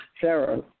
Sarah